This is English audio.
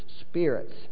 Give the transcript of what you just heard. spirits